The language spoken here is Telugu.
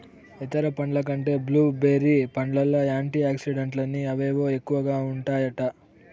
ఇతర పండ్ల కంటే బ్లూ బెర్రీ పండ్లల్ల యాంటీ ఆక్సిడెంట్లని అవేవో ఎక్కువగా ఉంటాయట